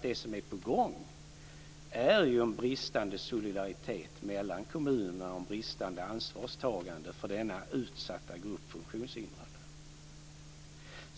Det som är på gång är en bristande solidaritet och ett bristande ansvarstagande mellan kommuner när det gäller denna utsatta grupp funktionshindrade.